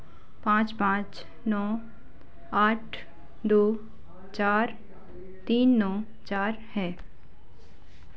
पाँच पाँच नौ आठ दो चार तीन नौ चार है